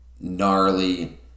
gnarly